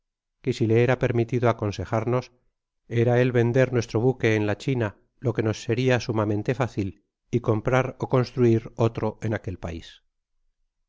que si ie era permitido aconsejarnos era el vender nuestro buque en la china lo que nos seria sumamente fácil y comprar ó construir otro en aquel pais